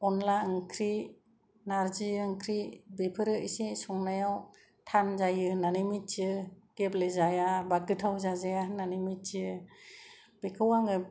अनला ओंख्रि नारजि ओंख्रि बेफोरो एसे संनायाव थान जायो होननानै मिथियो गेब्ले जाया बा गोथाव जाजाया होननानै मिथियो बेखौ आङो